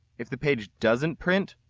if the page doesn't print,